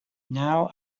now